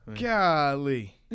Golly